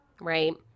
right